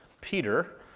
Peter